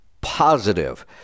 positive